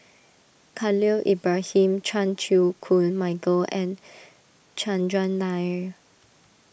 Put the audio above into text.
Khalil Ibrahim Chan Chew Koon Michael and Chandran Nair